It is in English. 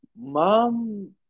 mom